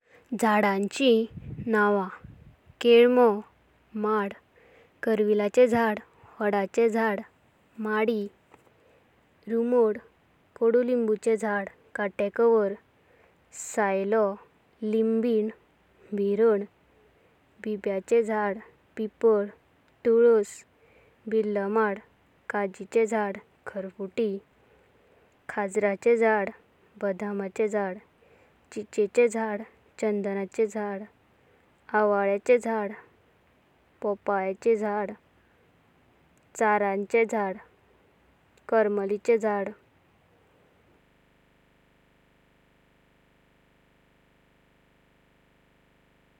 कितकांची नाव, मुइ, धोंमालो, मूस। म्होवामुसा काजुलो, कपाडयो वा माउली, रात्केदो। बीरमुत, जालारा, जल्लो, फुलपाखो, किमासा। वायाति, वीचु, वाघोणी, गोटना, घोडो। जालू, तोला, उया, हुळुक, किराथ, भोवर।